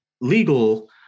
legal